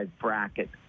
bracket